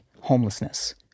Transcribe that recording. homelessness